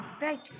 right